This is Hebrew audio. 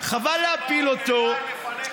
חבל להפיל אותו.